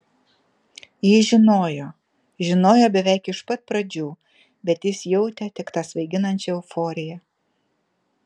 ji žinojo žinojo beveik iš pat pradžių bet jis jautė tik tą svaiginančią euforiją